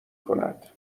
کند